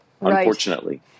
unfortunately